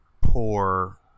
poor